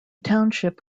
township